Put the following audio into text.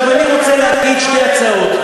עכשיו, אני רוצה להגיד שתי הצעות.